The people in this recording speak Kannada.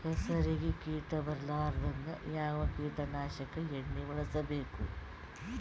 ಹೆಸರಿಗಿ ಕೀಟ ಬರಲಾರದಂಗ ಯಾವ ಕೀಟನಾಶಕ ಎಣ್ಣಿಬಳಸಬೇಕು?